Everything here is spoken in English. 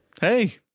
hey